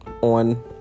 on